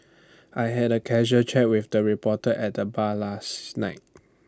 I had A casual chat with the reporter at the bar last night